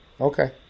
Okay